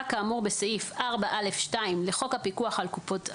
כאמור בסעיף 4(א)(2) לחוק הפיקוח על קופות הגמל,